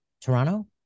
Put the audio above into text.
Toronto